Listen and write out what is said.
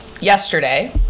yesterday